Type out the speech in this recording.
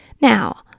Now